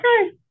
okay